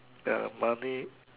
ya money